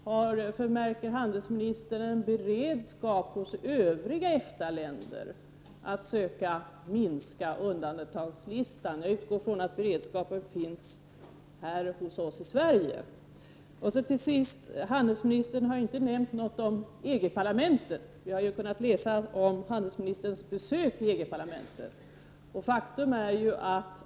Märker utrikeshandelsministern en beredskap hos övriga EFTA-länder att söka minska undantagslistan? Jag utgår från att beredskapen finns här hos oss i Sverige. Till sist: Utrikeshandelsministern har inte nämnt något om EG-parlamen tet. Vi har kunnat läsa om utrikeshandelsministerns besök i EG-parlamentet. Faktum är att EG-parlamentet kl.